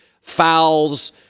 Fouls